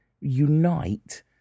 unite